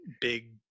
big